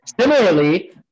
Similarly